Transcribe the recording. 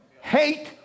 hate